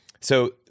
So-